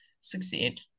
succeed